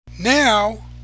Now